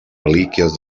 relíquies